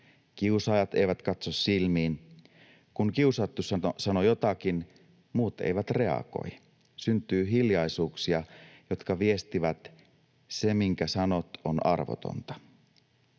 Kiusaajat eivät katso silmiin. Kun kiusattu sanoo jotakin, muut eivät reagoi. Syntyy hiljaisuuksia, jotka viestivät: se, minkä sanot, on arvotonta.